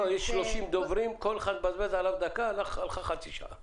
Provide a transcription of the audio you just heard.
יושבת ראש ועד עובדי בזק בינלאומי.